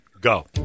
go